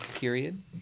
period